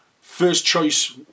first-choice